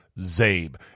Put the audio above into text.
ZABE